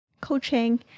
coaching